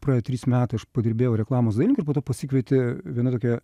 praėjo trys meta aš padirbėjau reklamos dailininku ir po to pasikvietė viena tokia